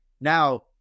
Now